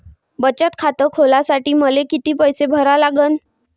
बचत खात खोलासाठी मले किती पैसे भरा लागन?